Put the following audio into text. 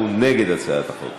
והוא נגד הצעת החוק.